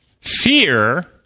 Fear